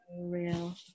real